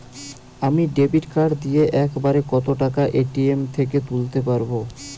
আমি debit card দিয়ে এক বারে কত টাকা এ.টি.এম থেকে তুলতে পারবো?